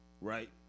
right